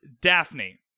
Daphne